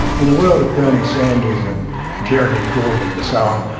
in a world of bernie sanders and jeremy corbyn and so on,